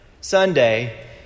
Sunday